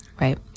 Right